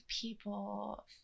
people